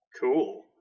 Cool